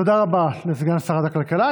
תודה רבה לסגן שרת הכלכלה.